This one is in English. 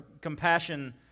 Compassion